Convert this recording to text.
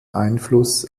einfluss